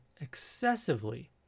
excessively